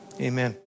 amen